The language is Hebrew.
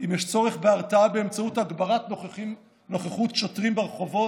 אם יש צורך בהרתעה באמצעות הגברת נוכחות שוטרים ברחובות,